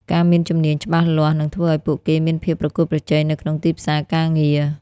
ការមានជំនាញច្បាស់លាស់នឹងធ្វើឱ្យពួកគេមានភាពប្រកួតប្រជែងនៅក្នុងទីផ្សារការងារ។